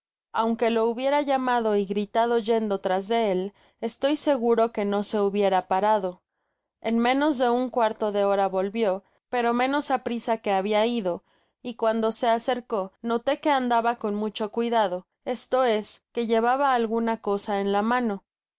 aunque lo hubiera llamado y gritado yendo detrás de él estoy seguro que no se hubiera parado en menos de un cuarto de hora volvio pero menos aprisa que habia ido y cuando se acercó noté que andaba con mucho cuidado esto es que llevaba alguna cosa en la mano